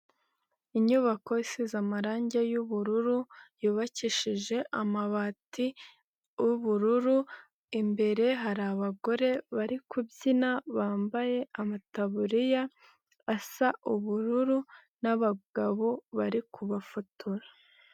Inyubako isize amarangi y' ubururu yubakishije amabati ubururu imbere hari abagore bari kubyina bambaye amataburiya asa ubururu, n'abagabo bari kubafotora.